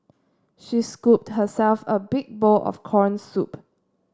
she scooped herself a big bowl of corn soup